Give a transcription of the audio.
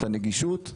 את הנישות.